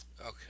Okay